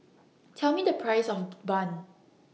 Tell Me The Price of Bun